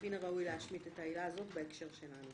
מן הראוי להשמיט את העילה הזאת בהקשר שלנו